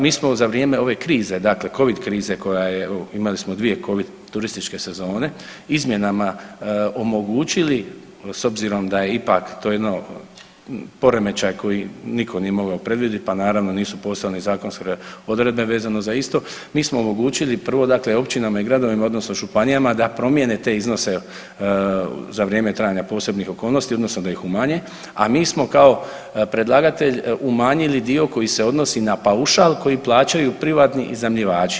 Mi smo za vrijeme ove krize, dakle Covid krize koja je, imali smo dvije Covid turističke sezone, izmjenama omogućili s obzirom da je ipak to jedno poremećaj koji nitko nije mogao predvidjeti, pa naravno nisu postojale ni zakonske odredbe vezano za isto, mi smo omogućili prvo dakle općinama i gradovima odnosno županijama da promijene te iznose za vrijeme trajanja posebnih okolnosti odnosno da ih umanje, a mi smo kao predlagatelj umanjili dio koji se odnosi na paušal koji plaćaju privatni iznajmljivači.